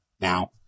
now